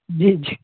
जी जी